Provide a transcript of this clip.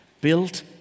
Built